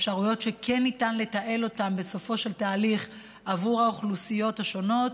אפשרויות שכן ניתן לתעל אותן בסופו של תהליך עבור האוכלוסיות השונות,